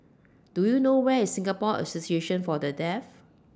Do YOU know Where IS Singapore Association For The Deaf